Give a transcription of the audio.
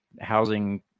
housing